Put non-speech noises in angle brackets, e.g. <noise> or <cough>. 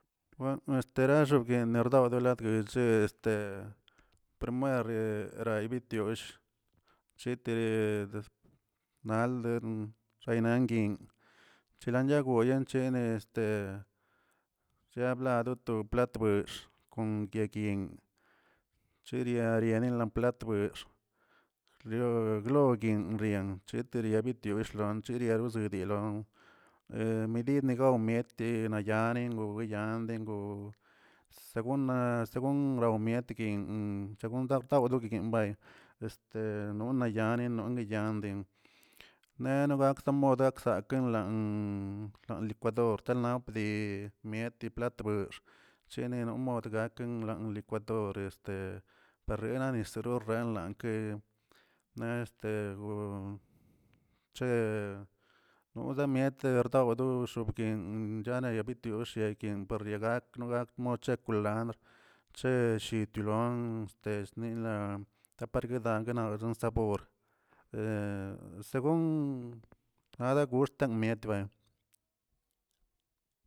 Estare robguienia robguelaguedchiaꞌ che este primare raybitush chitiri, nalden raynanguin chalanchangoyache este sea bladoto plat buex, kon yegyinꞌ chiriarenin loplatbex lio lioguinryan etira bitiushlon liria zebdial <hesitation> medid nigawmni tenayanen weyande goo seuna seegun nawmiaretegui según tabtawdodguibay, este mayane dondeyandi nenogakza mod gsaken lan non likwador talmpdi mietli platbox, chenin no mod gakə wlan likwadore <hesitation> bariena nisa rrorrenlanke ne este go che no de miet rdawdo dobguin chane bitiush yakien pardiagakno gak mochekulandr che shitulon este snilan taparguedan nozo sabor <hesitation> según nadeguxtan mietbe.